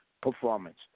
Performance